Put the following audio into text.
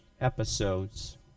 episodes